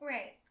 Right